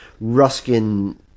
ruskin